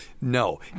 no